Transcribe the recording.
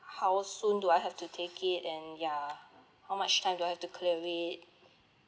how soon do I have to take it and ya how much time do I have to clear it